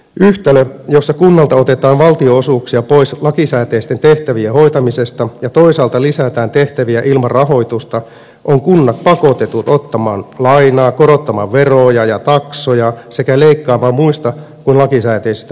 yhtälössä jossa kunnalta otetaan valtionosuuksia pois lakisääteisten tehtävien hoitamisesta ja toisaalta lisätään tehtäviä ilman rahoitusta ovat kunnat pakotetut ottamaan lainaa korottamaan veroja ja taksoja sekä leikkaamaan muista kuin lakisääteisistä palveluista